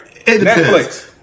Netflix